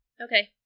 Okay